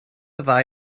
ddau